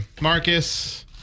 Marcus